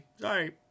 Sorry